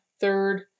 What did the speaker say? third